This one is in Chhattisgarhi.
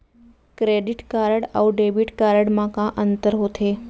क्रेडिट कारड अऊ डेबिट कारड मा का अंतर होथे?